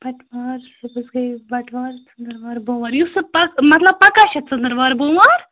بَٹہٕوار صُبحس گٔے بَٹہٕوار ژنٛدروار بۄموار یُس سُہ پَکہ مطلب پکہ چھا ژنٛدروار بۄموار